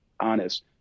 honest